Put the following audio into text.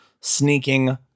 sneaking